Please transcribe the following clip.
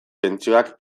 pentsioak